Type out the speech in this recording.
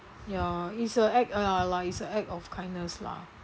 ya is a act uh ya lah is a act of kindness lah